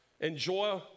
Enjoy